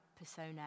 persona